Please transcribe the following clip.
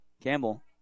Campbell